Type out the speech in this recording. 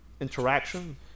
interaction